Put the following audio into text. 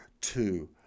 two